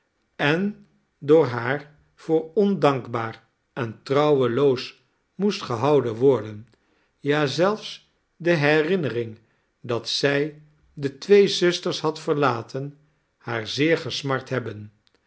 en door haar voor ondankbaar en trouweloos moest gehouden worden ja zelfs de herinnering dat zij de twee zusters had verlaten haar zeer gesmart hebben